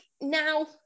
now